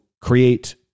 create